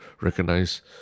recognize